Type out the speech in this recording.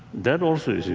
that also we